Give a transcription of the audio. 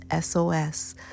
SOS